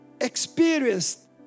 experienced